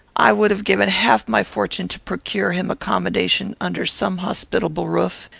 i would have given half my fortune to procure him accommodation under some hospitable roof.